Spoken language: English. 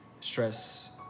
Stress